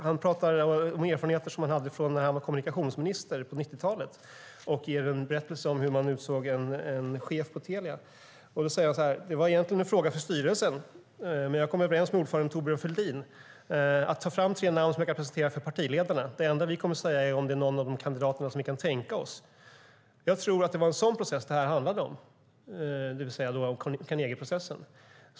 Han talar om sina erfarenheter från den tid då han var kommunikationsminister på 90-talet. Han berättar hur man utsåg en chef på Telia. Han säger: "Det var egentligen en fråga för styrelsen, men jag kom överens med ordföranden Thorbjörn Fälldin: Ta fram tre namn som jag kan presentera för partiledarna. Det enda vi kommer att säga är om det är någon av de kandidaterna vi inte kan tänka oss. Jag tror att det var en sådan process det här handlade om." Det var alltså Carnegieprocessen.